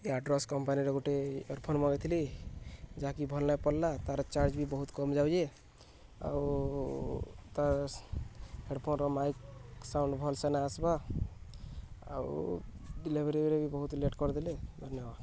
ଏଇ ଏୟାରଡ୍ରପ୍ସ କମ୍ପାନୀରେ ଗୋଟେ ଇୟରଫୋନ୍ ମଗେଇଥିଲି ଯାହାକି ଭଲ ନାଇଁ ପଡ଼ିଲା ତାର ଚାର୍ଜ ବି ବହୁତ କମି ଯାଉଛେ ଆଉ ତ ହେଡ଼ଫୋନର ମାଇକ୍ ସାଉଣ୍ଡ ଭଲସେ ନାଇଁ ଆସବା ଆଉ ଡେଲିଭରିରେ ବି ବହୁତ ଲେଟ୍ କରିଦେଲେ ଧନ୍ୟବାଦ